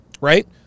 right